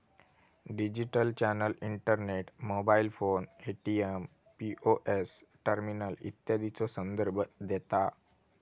digital channel internet, mobile phone, ATM, POS terminal इत्यादीचो संदर्भ देता